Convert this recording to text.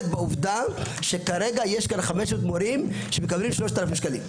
בעובדה שכרגע יש כאן מורים שמקבלים 3,000 שקלים.